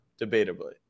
debatably